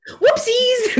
whoopsies